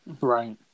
Right